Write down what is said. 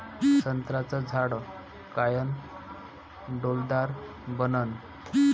संत्र्याचं झाड कायनं डौलदार बनन?